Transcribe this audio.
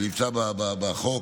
ונמצא בחוק,